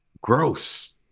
gross